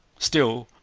still,